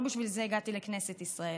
לא בשביל זה הגעתי לכנסת ישראל.